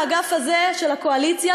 באגף הזה של הקואליציה,